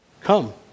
Come